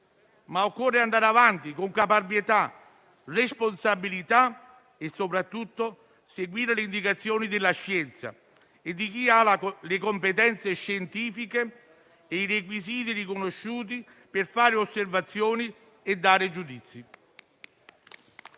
occorre andare avanti, con caparbietà e responsabilità e soprattutto seguire le indicazioni della scienza e di chi ha le competenze scientifiche e i requisiti riconosciuti per fare osservazioni e dare giudizi.